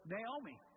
Naomi